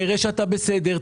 תראה שאתה בסדר,